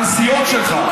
הנסיעות שלך,